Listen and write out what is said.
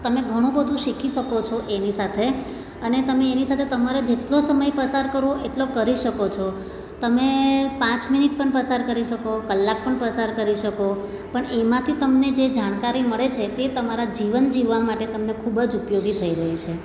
તમે ઘણું બધું શીખી શકો છો એની સાથે અને તમે એની સાથે તમારો જેટલો સમય પસાર કરવો એટલો કરી શકો છો તમે પાંચ મિનિટ પણ પસાર કરી શકો કલાક પણ પસાર કરી શકો પણ એમાંથી તમને જે જાણકારી મળે છે તે તમારા જીવન જીવવા માટે તમને ખૂબ જ ઉપયોગી થઈ રહી છે